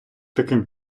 таким